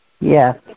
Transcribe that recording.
Yes